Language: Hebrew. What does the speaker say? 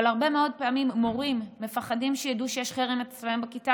אבל הרבה מאוד פעמים מורים פוחדים שידעו שיש חרם אצלם בכיתה,